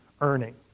earning